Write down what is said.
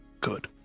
Good